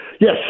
Yes